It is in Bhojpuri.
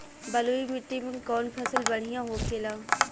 बलुई मिट्टी में कौन फसल बढ़ियां होखे ला?